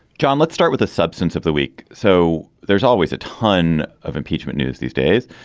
john let's start with the substance of the week so there's always a ton of impeachment news these days.